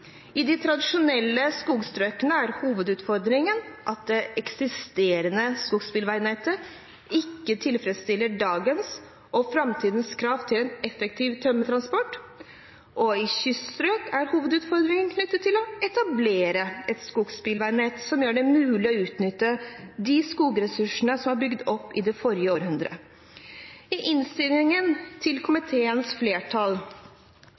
I de tradisjonelle skogstrøkene er hovedutfordringen at det eksisterende skogsbilveinettet ikke tilfredsstiller dagens og framtidens krav til en effektiv tømmertransport. I kyststrøk er hovedutfordringen knyttet til å etablere et skogsbilveinett som gjør det mulig å utnytte de skogressursene som ble bygd opp i det forrige århundret. I innstillingen vektlegger komiteens flertall